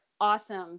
awesome